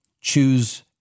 choose